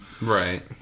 Right